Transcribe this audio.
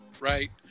right